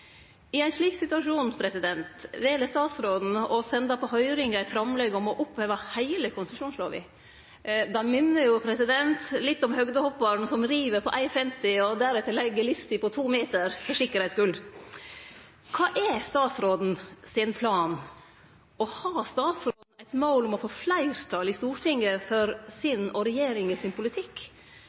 I ein slik situasjon vel statsråden å sende på høyring eit framlegg om å oppheve heile konsesjonslova. Det minner litt om høgdehopparen som riv på 1,50 meter og deretter legg lista på 2 meter, for sikkerheits skuld. Kva er statsråden sin plan, og har statsråden eit mål om å få fleirtal i Stortinget for sin og regjeringa sin politikk?